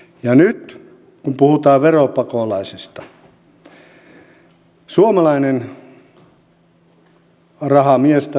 ja nyt kun puhutaan veropakolaisista niin jos suomalainen rahamies tai sanotaan